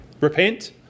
repent